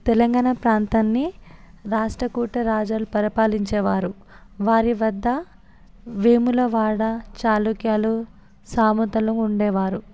తెలంగాణ ప్రాంతాన్ని రాష్ట్రకూట రాజులు పరిపాలించేవారు వారి వద్ద వేములవాడ చాళుక్యలు సామంతులు ఉండేవారు